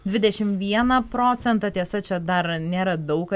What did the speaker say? dvidešimt vieną procentą tiesa čia dar nėra daug